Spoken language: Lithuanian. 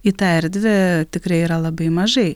į tą erdvę tikrai yra labai mažai